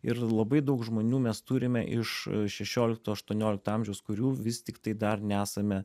ir labai daug žmonių mes turime iš šešiolikto aštuoniolikto amžiaus kurių vis tiktai dar nesame